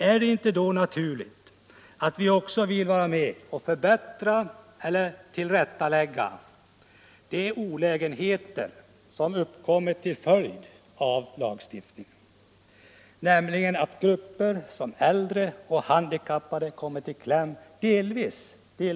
Är det inte då naturligt att vi då också vill vara med om att tillrättalägga de olägenheter till följd av lagstiftningen som gör att sådana grupper som äldre och handikappade kommit i kläm?